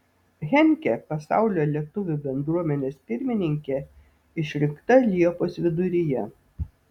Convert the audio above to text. henkė pasaulio lietuvių bendruomenės pirmininke išrinkta liepos viduryje